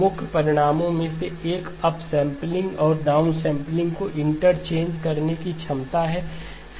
मुख्य परिणामों में से एक अप सैंपलिंग और डाउन सैंपलिंग को इंटरचेंज करने की क्षमता है